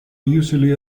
usually